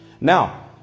Now